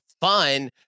fun